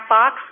Box